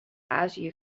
azië